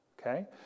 Okay